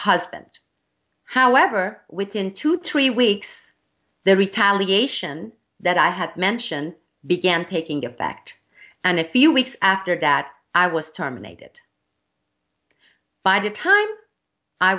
husband however within two to three weeks the retaliation that i had mentioned began taking effect and a few weeks after that i was terminated by the time i